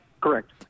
Correct